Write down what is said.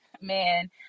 Man